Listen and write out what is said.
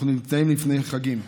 אנחנו נמצאים לפני החגים.